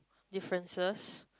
differences